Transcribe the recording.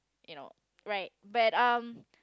you know right but um